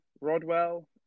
Rodwell